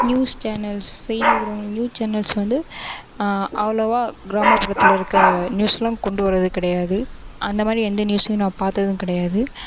news channel செய்தி ஊடகங்கள்லையும் channels வந்து அவ்வளோவா கிராமப்புறத்தில் இருக்க நியூஸ்லாம் கொண்டு வரது கிடையாது அந்தமாதிரி எந்த நியூசையும் நான் பார்த்ததும் கிடையாது